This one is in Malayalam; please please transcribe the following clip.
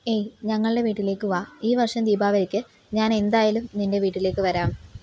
ഏയ് ഞങ്ങളുടെ വീട്ടിലേക്ക് വാ ഈ വർഷം ദീപാവലിക്ക് ഞാൻ എന്തായാലും നിൻ്റെ വീട്ടിലേക്ക് വരാം